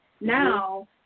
now